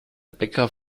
bäcker